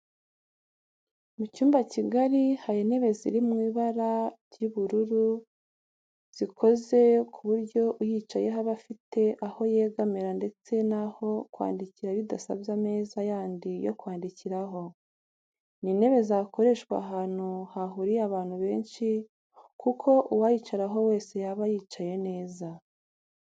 Mu cyumba kigari hari intebe ziri mu ibara ry'ubururu zikozwe ku buryo uyicayeho aba afite aho yegamira ndetse n'aho kwandikira bidasabye ameza yandi yo kwandikiraho. Ni intebe zakoreshwa ahantu hahuriye abantu benshi kuko uwayicaraho wese yaba yicaye neza